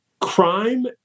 crime